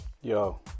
Yo